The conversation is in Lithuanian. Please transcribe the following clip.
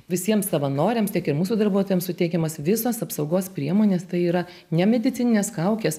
visiems savanoriams tiek ir mūsų darbuotojams suteikiamos visos apsaugos priemonės tai yra nemedicininės kaukės